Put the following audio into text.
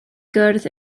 gwrdd